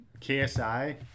KSI